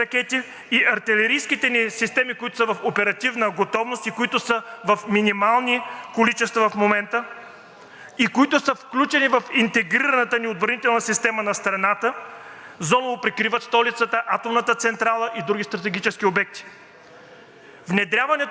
които са включени в интегрираната отбранителна система на страната, зоново прикриват столицата, атомната централа и други стратегически обекти. Внедряването на нов модел на противовъздушна отбрана колко време ще отнеме? Колко е необходимо на личния състав, за да се обучи,